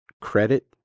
credit